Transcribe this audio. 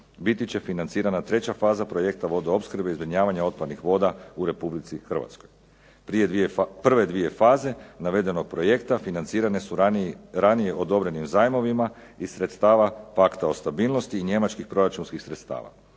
biti će financirana treća faza projekta vodoopskrbe i zbrinjavanja otpadnih voda u Republici Hrvatskoj. Prve dvije faze navedenog projekta financirane su ranije odobrenim sredstvima, i sredstava Pakta o stabilnosti i Njemačkih proračunskih sredstava.